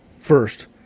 First